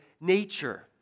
nature